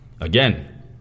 again